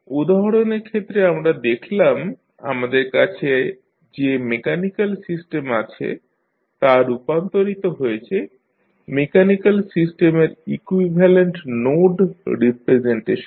উদাহরণের ক্ষেত্রে আমরা দেখলাম আমাদের কাছে যে মেকানিক্যাল সিস্টেম আছে তা' রূপান্তরিত হয়েছে মেকানিক্যাল সিস্টেমের ইকুইভ্যালেন্ট নোড রিপ্রেজেনটেশনে